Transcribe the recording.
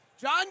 John